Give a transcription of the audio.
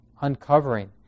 uncovering